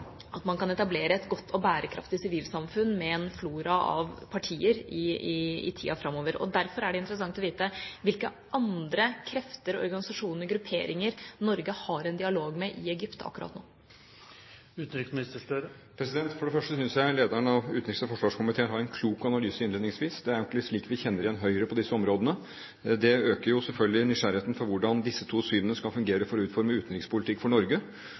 at man kan etablere et godt og bærekraftig sivilsamfunn med en flora av partier i tida framover. Derfor er det interessant å vite hvilke andre krefter, organisasjoner og grupperinger, Norge har en dialog med i Egypt akkurat nå. For det første synes jeg lederen av utenriks- og forsvarskomiteen har en klok analyse innledningsvis. Det er egentlig slik vi kjenner igjen Høyre på disse områdene. Det øker jo selvfølgelig nysgjerrigheten på hvordan disse to synene skal fungere for å utforme utenrikspolitikk for Norge,